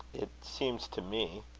it seems to me,